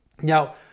Now